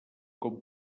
com